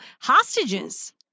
hostages